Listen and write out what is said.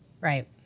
Right